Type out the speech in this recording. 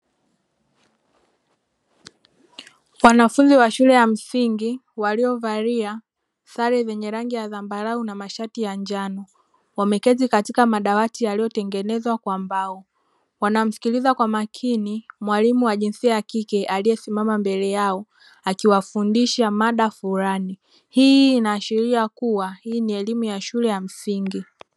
wanafunzi wa shule ya msingi waliovaa sare zenye rangi ya zambarau na mashati ya njano, wameketi katika madawati yaliyotengenezwa kwa mbao. Wanamusikiliza kwa makini mwalimu wa jinsia ya kike aliyesimama mbele yao akiwafundisha mada fulani. Hii inaashiria kuwa hii ni elimu ya shule ya msingi.